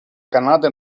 канады